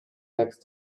next